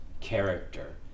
character